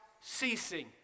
ceasing